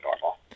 normal